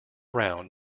round